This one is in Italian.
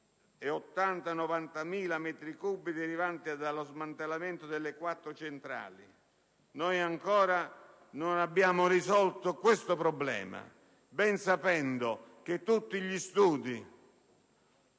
e 80.000-90.000 metri cubi derivanti dallo smantellamento delle quattro centrali. Ancora non abbiamo risolto questo problema, ben sapendo che tutti gli studi